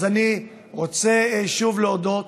אז אני רוצה שוב להודות